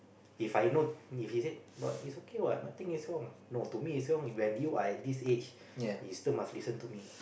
If I know if he said but is okay what nothing is wrong no to me is wrong when you are at this age you still must listen to me